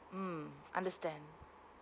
mm understand